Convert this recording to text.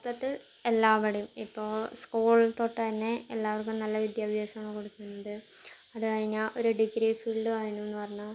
മൊത്തത്തിൽ എല്ലാവരുടെയും ഇപ്പോൾ സ്കൂൾ തൊട്ട് തന്നെ എല്ലാവർക്കും നല്ല വിദ്യാഭ്യാസം ആണ് കൊടുക്കുന്നത് അത് കഴിഞ്ഞാൽ ഒരു ഡിഗ്രി ഫീൽഡ് ആയിനൂന്ന് പറഞ്ഞാൽ